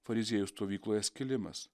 fariziejų stovykloje skilimas